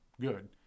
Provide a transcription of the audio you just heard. good